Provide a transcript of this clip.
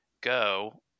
go